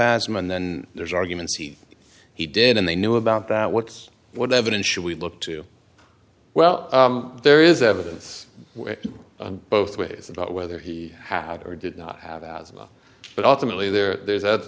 asthma and then there's arguments he he did and they know about that what's what evidence should we look to well there is evidence both ways about whether he had or did not have asthma but ultimately there's other